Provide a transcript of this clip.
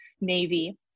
Navy